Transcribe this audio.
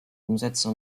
umsetzen